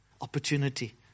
Opportunity